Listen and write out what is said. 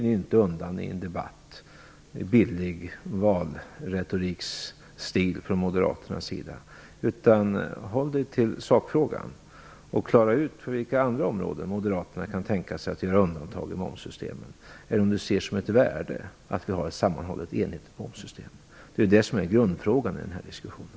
Fly nu inte undan i en debatt i billig valretoriksstil från moderat sida, utan bliv kvar vid sakfrågan och klara ut på vilka andra områden Moderaterna kan tänka sig att göra undantag i momssystemet eller huruvida ni finner ett värde i att vi har ett sammanhållet, enhetligt momssystem! Det är grundfrågan i den här diskussionen.